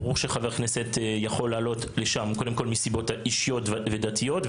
ברור שחבר כנסת יכול לעלות לשם מסיבות אישיות ודתיות.